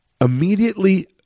immediately